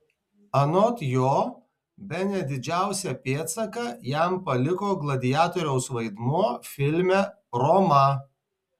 anot jo bene didžiausią pėdsaką jam paliko gladiatoriaus vaidmuo filme roma